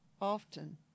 often